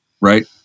right